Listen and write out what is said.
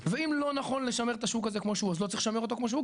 ואם לא נכון לשמר את השוק הזה כמו שהוא אז לא צריך לשמר אותו כמו שהוא,